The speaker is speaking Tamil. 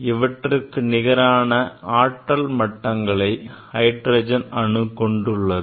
இவற்றிற்கு நிகரான ஆற்றல் மட்டங்களை ஹைட்ரஜன் அணு கொண்டுள்ளது